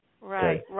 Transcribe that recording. Right